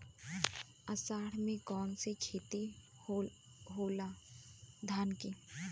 अषाढ़ मे कौन सा खेती होला?